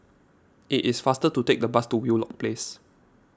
it is faster to take the bus to Wheelock Place